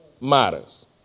matters